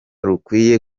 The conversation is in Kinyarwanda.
rukwiye